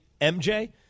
MJ